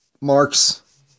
marks